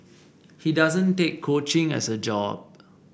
he doesn't take coaching as a job